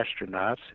astronauts